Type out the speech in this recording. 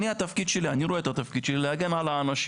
אני התפקיד שלי אני רואה את התפקיד שלי להגן על האנשים